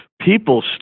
People